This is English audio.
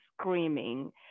screaming